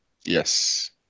Yes